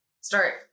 start